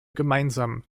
gemeinsam